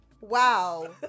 Wow